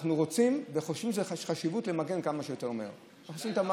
אנחנו רוצים וחושבים שיש חשיבות למגן כמה שיותר מהר ועושים את המקסימום.